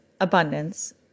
abundance